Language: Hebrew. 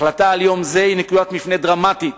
ההחלטה על יום זה היא נקודת מפנה דרמטית